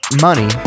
money